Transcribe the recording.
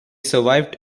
survived